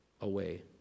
away